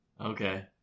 Okay